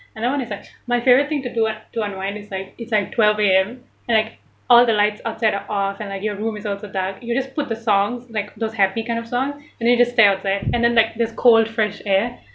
another one is like my favourite thing to do un~ to unwind it's like it's like twelve A_M and like all the lights outside are off and like your room is also dark you just put the songs like those happy kind of songs and then you just stay outside and then like there's cold fresh air